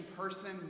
person